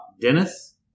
Dennis